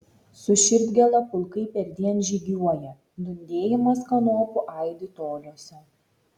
su širdgėla pulkai perdien žygiuoja dundėjimas kanopų aidi toliuose